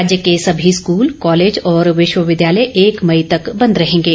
राज्य के सभी स्कूल कॉलेज और विश्वविद्यालय एक मई तक बंद रहेंगे